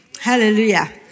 Hallelujah